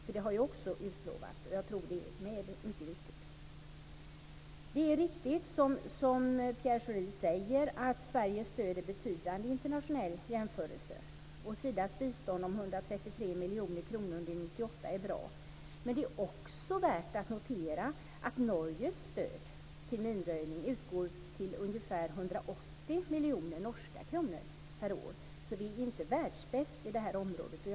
Det har ju också utlovats ett sådant. Jag tror att det är mycket viktigt. Det är riktigt som Pierre Schori säger att Sveriges stöd är betydande i en internationell jämförelse. Sidas bistånd om 133 miljoner kronor under 1998 är bra. Men det är också värt att notera att Norges stöd till minröjning uppgår till ungefär 180 miljoner norska kronor per år. Vi är inte världsbäst på det här området.